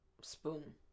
Spoon